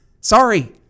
sorry